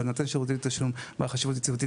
אבל נותני שירותי תשלום בעל חשיבות יציבותית